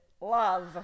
love